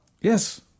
yes